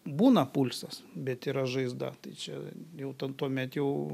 būna pulsas bet yra žaizda tai čia jau ten tuomet jau